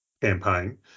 campaign